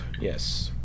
yes